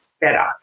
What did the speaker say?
better